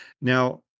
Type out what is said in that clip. Now